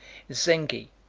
zenghi,